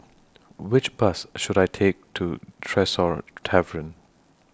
Which Bus should I Take to Tresor Tavern